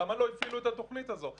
למה לא הפעילו את התוכנית הזאת?